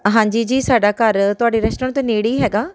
ਹਾਂਜੀ ਜੀ ਸਾਡਾ ਘਰ ਤੁਹਾਡੇ ਰੈਸਟੋਰੈਂਟ ਤੋਂ ਨੇੜੇ ਹੀ ਹੈਗਾ